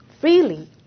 freely